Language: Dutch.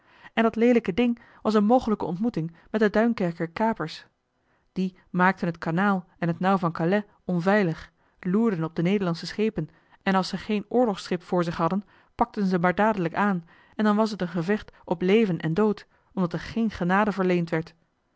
en dat leelijke ding was een mogelijke ontmoeting met de duinkerker kapers die maakten t kanaal en t nauw van calais onveilig loerden op de nederlandsche schepen en als ze geen oorlogsschip voor zich hadden pakten ze maar dadelijk aan en dan was t een gevecht op leven en dood omdat er geen genade verleend werd